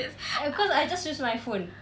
eh because I just use my phone